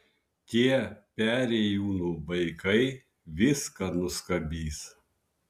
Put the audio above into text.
tie perėjūnų vaikai viską nuskabys